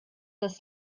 das